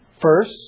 First